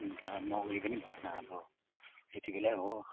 अन्त नगई पनि भएन अब यति बेलै हो